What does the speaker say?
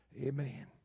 Amen